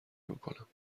نمیکنم